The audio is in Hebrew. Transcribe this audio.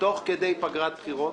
תוך כדי פגרת בחירות?